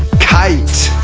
kite